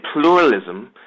pluralism